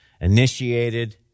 initiated